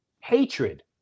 Hatred